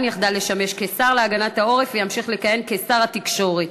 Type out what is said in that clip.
יחדל לשמש כשר להגנת העורף וימשיך לכהן כשר התקשורת.